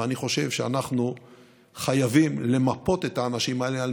ואני חושב שאנחנו חייבים למפות את האנשים האלה על